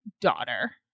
daughter